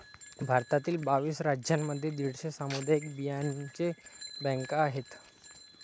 भारतातील बावीस राज्यांमध्ये दीडशे सामुदायिक बियांचे बँका आहेत